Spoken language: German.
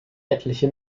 etliche